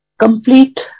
complete